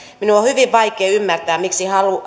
minun on on hyvin vaikea ymmärtää miksi